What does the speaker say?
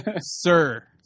Sir